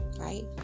right